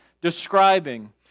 describing